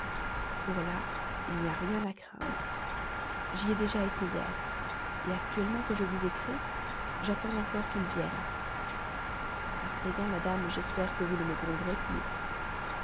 pour là il n'y a rien à craindre j'y ai déjà été hier actuellement que je vous écris j'attends encore qu'il vienne a présent madame j'espère que vous ne me gronderez plus